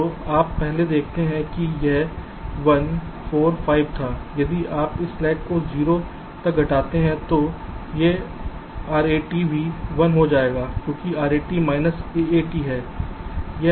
तो आप पहले देखते हैं कि यह 1 4 5 था यदि आप इस स्लैक को 0 तक घटाते हैं तो यह RAT भी 1 हो जाएगा क्योंकि RAT माइनस AAT है